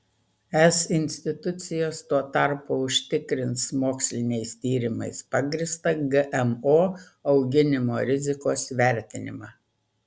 es institucijos tuo tarpu užtikrins moksliniais tyrimais pagrįstą gmo auginimo rizikos vertinimą